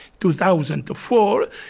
2004